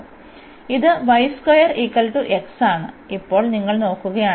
അതിനാൽ ഇത് ആണ് ഇപ്പോൾ നിങ്ങൾ നോക്കുകയാണെങ്കിൽ